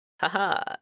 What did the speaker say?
haha